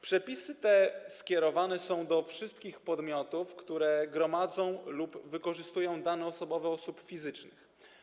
Przepisy te skierowane są do wszystkich podmiotów, które gromadzą lub wykorzystują dane osobowe osób fizycznych.